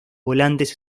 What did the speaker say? volantes